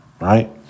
right